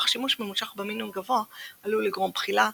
אך שימוש ממושך במינון גבוה עלול לגרום בחילה,